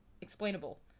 explainable